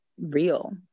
real